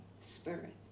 spirit